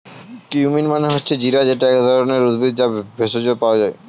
cumin মানে হচ্ছে জিরা যেটা এক ধরণের উদ্ভিদ, যা থেকে ভেষজ পাওয়া যায়